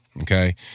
Okay